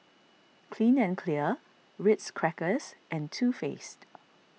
Clean and Clear Ritz Crackers and Too Faced